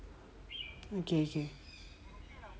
okay okay